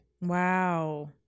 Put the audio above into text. Wow